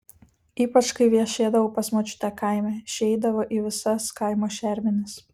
ypač kai viešėdavau pas močiutę kaime ši eidavo į visas kaimo šermenis